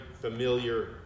familiar